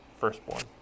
firstborn